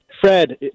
Fred